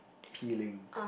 appealing